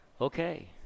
Okay